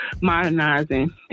modernizing